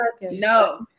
No